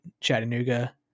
Chattanooga